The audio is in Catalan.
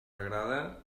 agrade